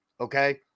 okay